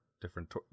different